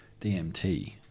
DMT